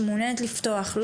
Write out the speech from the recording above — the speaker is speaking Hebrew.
שמעוניינת לפתוח,